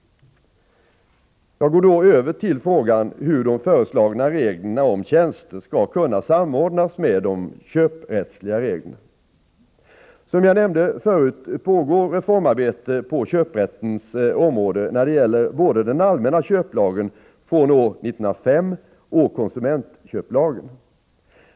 ; Jag går nu över till frågan hur de föreslagna reglerna om tjänster skall kunna samordnas med de köprättsliga reglerna. Som jag nämnde förut pågår reformarbete på köprättens område när det gäller både den allmänna köplagen från år 1905 och konsumentköplagen.